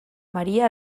maria